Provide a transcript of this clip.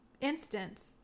instance